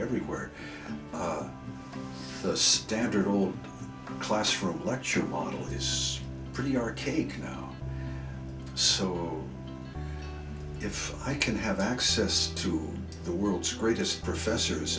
everywhere the standard old classroom lecture model is pretty arcane now so if i can have access to the world's greatest professors